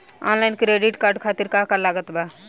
Online credit card खातिर का का लागत बा?